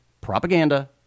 propaganda